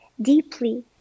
deeply